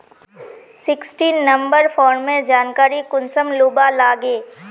Sixteen number farmer जानकारी कुंसम लुबा लागे?